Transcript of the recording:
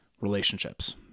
relationships